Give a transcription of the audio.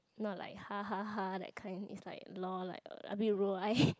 not like ha ha ha that kind it's like lol like uh I mean roll eye